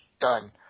done